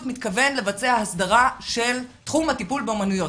מתכוון לבצע הסדרה של תחום הטיפול באומנויות?